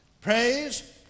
praise